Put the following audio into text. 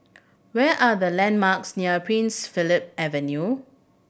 what are the landmarks near Prince Philip Avenue